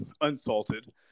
unsalted